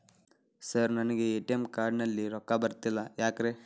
Sir ನನಗೆ ATM card ನಲ್ಲಿ ರೊಕ್ಕ ಬರತಿಲ್ಲ ಯಾಕ್ರೇ?